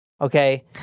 Okay